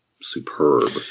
superb